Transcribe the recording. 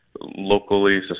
locally